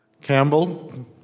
Campbell